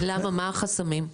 למה, מה החסמים?